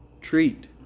treat